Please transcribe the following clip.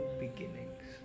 beginnings।